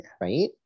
right